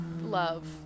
love